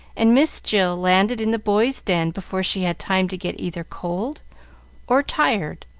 and miss jill landed in the boys' den before she had time to get either cold or tired.